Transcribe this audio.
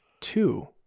Two